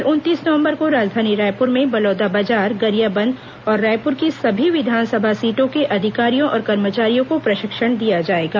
कल उनतीस नवंबर को राजधानी रायपुर में बलौदाबाजार गरियाबंद और रायपुर की सभी विधानसभा सीटों के अधिकारियों और कर्मचारियों को प्रशिक्षण दिया जाएगा